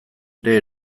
ere